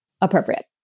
appropriate